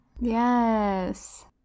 Yes